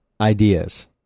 ideas